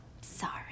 Sorry